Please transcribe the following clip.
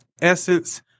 essence